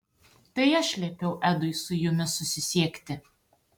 tai aš liepiau edui su jumis susisiekti